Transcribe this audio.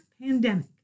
pandemic